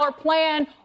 plan